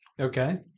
Okay